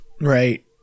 Right